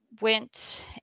went